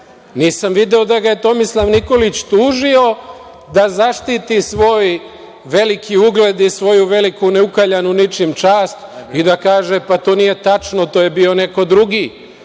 nisam video da ga je Tomislav Nikolić tužio da zaštiti svoj veliki ugled i svoju veliku neukaljanu ničim čast i da kaže da to nije tačno, da je to bio neko drugi,